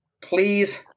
Please